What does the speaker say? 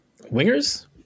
Wingers